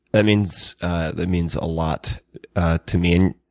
that means that means a lot to me. and